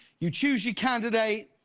you choose your candidate,